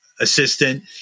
assistant